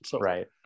Right